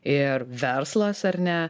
ir verslas ar ne